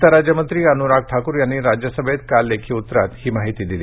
वित्त राज्यमंत्री अनूराग ठाकूर यांनी राज्यसभेत एका लेखी उत्तरात ही माहिती दिली